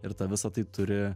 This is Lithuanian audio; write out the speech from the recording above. ir tą visą tai turi